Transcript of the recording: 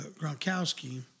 Gronkowski